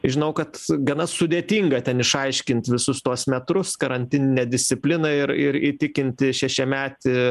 žinau kad gana sudėtinga ten išaiškint visus tuos metrus karantininę discipliną ir ir įtikinti šešiametį